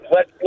Let